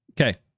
Okay